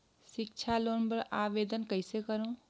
सिक्छा लोन बर आवेदन कइसे करव?